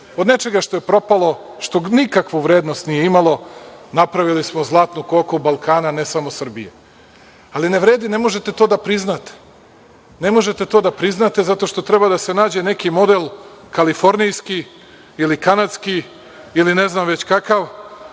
Od nečega što je propalo, što nikakvu vrednost nije imalo napravili smo zlatnu koku Balkana, ne samo Srbije, ali ne vredi, ne možete to da priznate. Ne možete to da priznate zato što treba da se nađe neki model kalifornijski ili kanadski ili ne znam već kakav,